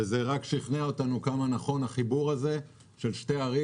זה רק שכנע אותנו כמה נכון החיבור הזה של שתי ערים.